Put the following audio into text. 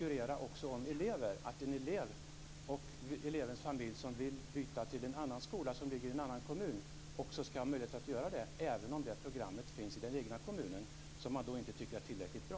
Hur ser skolministern på detta med att en elev och dess familj som vill byta till en annan skola i en annan kommun skall ha möjlighet att göra det, även om programmet finns i den egna kommunen, när det inte anses tillräckligt bra?